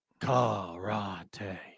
karate